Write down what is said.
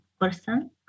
person